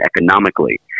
economically